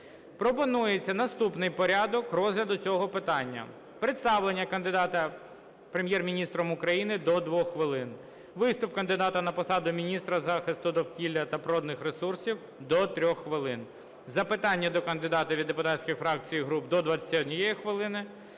Пропонується наступний порядок розгляду цього питання. Представлення кандидата Прем'єр-міністром України – до 2 хвилин; виступ кандидата на посаду міністра захисту довкілля та природних ресурсів – до 3 хвилин; запитання до кандидата від депутатських фракцій і груп – до 21 хвилини;